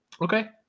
Okay